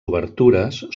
obertures